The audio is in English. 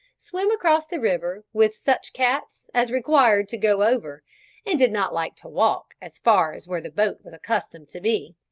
swim across the river with such cats as required to go over and did not like to walk as far as where the boat was accustomed to be.